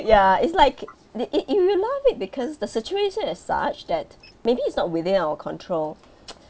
ya it's like did it if you laugh it because the situation is such that maybe it's not within our control